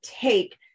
take